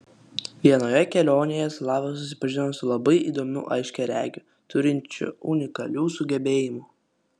vienoje kelionėje slava susipažino su labai įdomiu aiškiaregiu turinčiu unikalių sugebėjimų